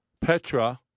Petra